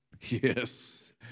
yes